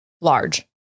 large